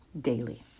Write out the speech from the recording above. daily